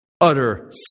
Utter